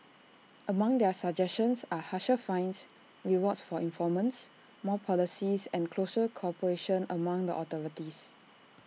among their suggestions are harsher fines rewards for informants more policing and closer cooperation among the authorities